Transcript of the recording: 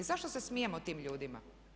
Zašto se smijemo tim ljudima?